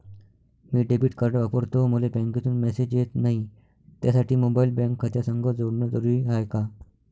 मी debit card वापरतो मले बँकेतून मॅसेज येत नाही, त्यासाठी मोबाईल बँक खात्यासंग जोडनं जरुरी हाय का?